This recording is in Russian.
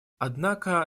однако